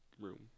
room